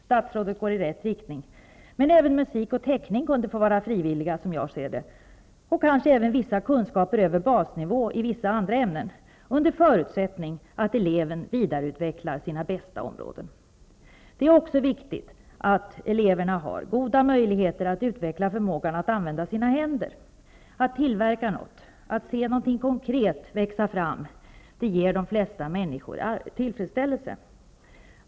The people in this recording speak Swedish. Statsrådet går i rätt riktning, men även musik och teckning kunde få vara frivilliga, som jag ser det, och kanske även vissa kunskaper över basnivå i vissa andra ämnen, under förutsättning att eleven vidareutvecklar sina bästa områden. Det är också viktigt att eleverna har goda möjligheter att utveckla förmågan att använda sina händer, att tillverka något, att se någonting konkret växa fram. Det ger de flesta människor tillfredsställelse.